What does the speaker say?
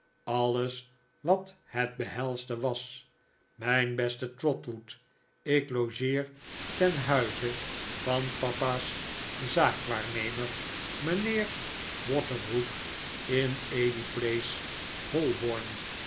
alles wat het behelsde was mijn beste trotwood ik logeer ten huize van papa's zaakwaarnemer mijnheer waterbrook in ely place holborn